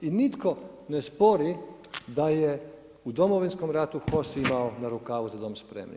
I nitko ne spori da je u Domovinskom ratu HOS imao na rukavu „Za dom spremni“